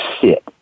sit